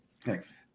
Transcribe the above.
Thanks